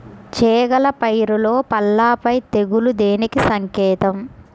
చేగల పైరులో పల్లాపై తెగులు దేనికి సంకేతం?